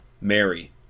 Mary